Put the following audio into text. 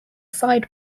side